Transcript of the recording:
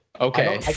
Okay